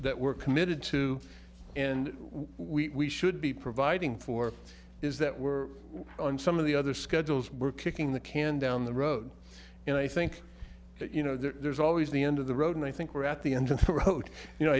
that we're committed to and we should be providing for is that we're on some of the other schedules we're kicking the can down the road and i think you know there's always the end of the road and i think we're at the engine for a vote you know